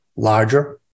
larger